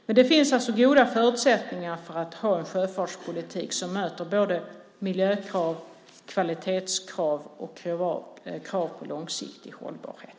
Men det finns alltså goda förutsättningar för att ha en sjöfartspolitik som möter både miljökrav och kvalitetskrav och krav på långsiktig hållbarhet.